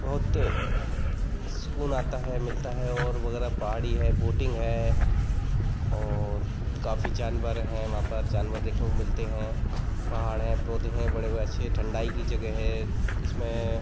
बहुत सुकून आता है मिलता है और वगैरह पहाड़ी है बोटिंग है और काफ़ी जानवर हैं वहाँ पर जानवर देखने को मिलते हैं पहाड़ हैं पौधे हैं बड़े बड़े अच्छे ठंडाई की जगह है इसमें